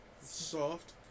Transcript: Soft